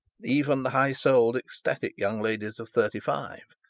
even the high-souled ecstatic young ladies of thirty-five,